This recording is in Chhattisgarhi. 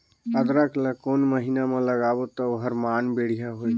अदरक ला कोन महीना मा लगाबो ता ओहार मान बेडिया होही?